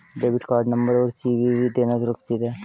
Debit card number और CVV देना सुरक्षित है?